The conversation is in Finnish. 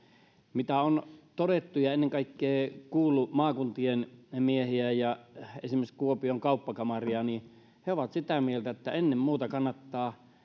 mitä on todettu ja ennen kaikkea kuultu maakuntien miehiä ja esimerkiksi kuopion kauppakamaria niin he ovat sitä mieltä että ennen muuta kannattaa